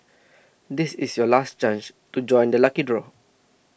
this is your last chance to join the lucky draw